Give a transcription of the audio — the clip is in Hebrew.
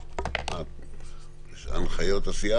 הנתון קיים אבל לא